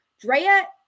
drea